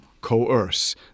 coerce